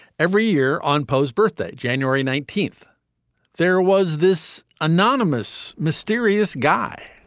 every year on poe's birthday january nineteenth there was this anonymous mysterious guy.